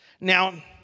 Now